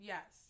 Yes